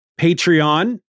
Patreon